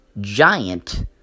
giant